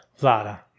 Vlada